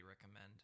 recommend